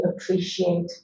appreciate